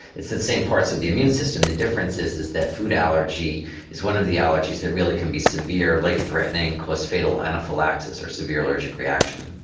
it's the same parts of the immune system the difference is is that food allergy is one of the allergies that really can be severe, life threatening and cause fatal anaphylaxis or severe allergic reaction.